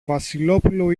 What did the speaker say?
βασιλόπουλο